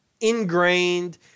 ingrained